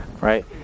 Right